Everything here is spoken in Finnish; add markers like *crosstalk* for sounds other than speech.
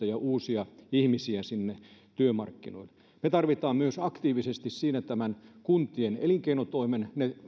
*unintelligible* ja uusia ihmisiä sinne työmarkkinoille me tarvitsemme myös aktiivisesti siinä nämä kuntien elinkeinotoimen